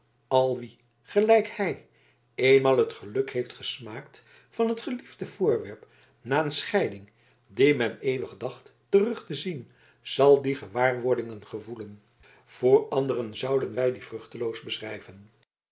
al wie gelijk hij eenmaal het geluk heeft gesmaakt van het geliefde voorwerp na een scheiding die men eeuwig dacht terug te zien zal die gewaarwordingen gevoelen voor anderen zouden wij die vruchteloos beschrijven